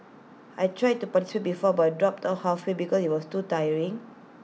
I tried to participate before but dropped out halfway because IT was too tiring